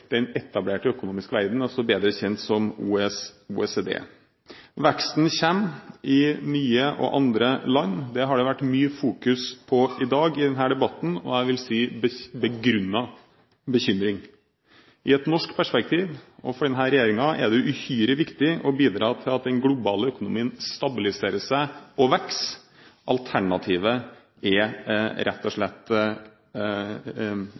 den etablerte økonomiske verdenen, bedre kjent som OECD. Veksten kommer i nye og andre land, det har det vært mye fokus på i dag i denne debatten, og jeg vil si begrunnet bekymring. I et norsk perspektiv, og for denne regjeringen, er det uhyre viktig å bidra til at den globale økonomien stabiliserer seg og vokser. Alternativet er rett og